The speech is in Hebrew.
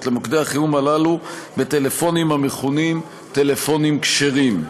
למוקדי החירום הללו בטלפונים המכונים "טלפונים כשרים".